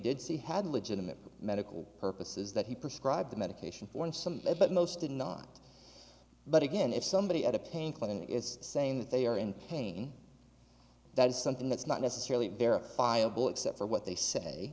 did see had legitimate medical purposes that he prescribed the medication for in some way but most did not but again if somebody had a pain clinic is saying that they are in pain that is something that's not necessarily verifiable except for what they say